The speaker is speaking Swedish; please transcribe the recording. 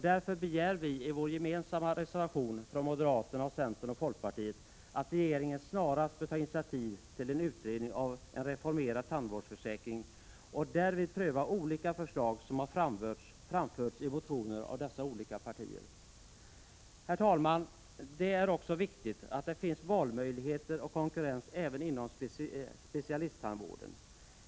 Därför begär vi i vår gemensamma reservation från moderaterna, centern och folkpartiet att regeringen snarast tar initiativ till en utredning om reformering av tandvårdsförsäkringen och därvid prövar olika förslag, som har framförts i motioner av dessa olika partier. Herr talman! Det är också viktigt att det finns valmöjligheter och konkurrens även inom specialisttandvården.